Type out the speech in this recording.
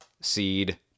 seed